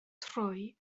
trwy